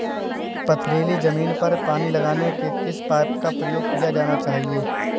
पथरीली ज़मीन पर पानी लगाने के किस पाइप का प्रयोग किया जाना चाहिए?